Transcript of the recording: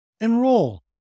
enroll